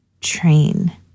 train